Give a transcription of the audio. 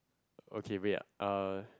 okay wait uh